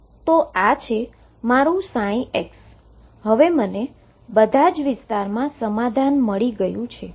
તો આ મારું x છેહવે મને બધા જ વિસ્તારમાં સમાધન મળી ગયું છે